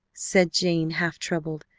said jane, half troubled,